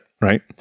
right